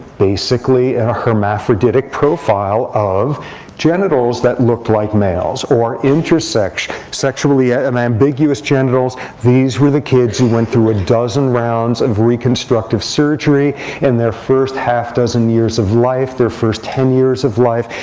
basically, and a hermaphroditic profile of genitals that looked like males, or intersects, sexually ah um ambiguous genitals. these were the kids who went through a dozen rounds of reconstructive surgery in their first half dozen years of life, their first ten years of life,